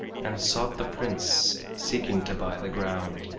and sought the prince, seeking to buy the ground.